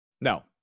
No